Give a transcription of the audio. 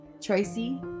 Tracy